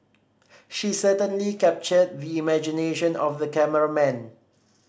she certainly captured the imagination of the cameraman